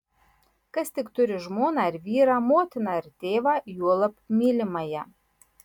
kas tik turi žmoną ar vyrą motiną ar tėvą juolab mylimąją